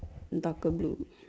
darker blue